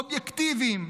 אובייקטיביים,